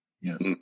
Yes